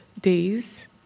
days